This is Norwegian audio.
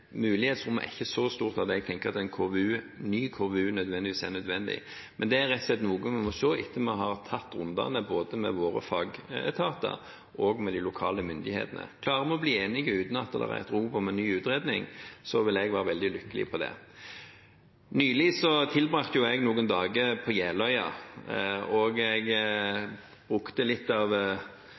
mulighetsrommet er ikke så stort at jeg tenker at en ny KVU nødvendigvis trengs. Men det er rett og slett noe vi må se etter at vi har tatt rundene både med våre fagetater og med de lokale myndighetene. Klarer vi å bli enige uten at det er et rop om ny utredning, vil jeg være veldig lykkelig for det. Nylig tilbrakte jo jeg noen dager på Jeløya, og jeg brukte litt av